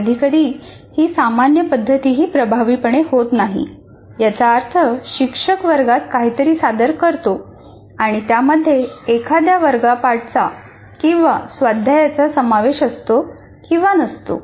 कधीकधी ही सामान्य पद्धतही प्रभावीपणे होत नाही याचा अर्थ शिक्षक वर्गात काहीतरी सादर करतो आणि त्यामध्ये एखाद्या वर्गपाठाचा किंवा स्वाध्यायाचा समावेश असतो किंवा नसतो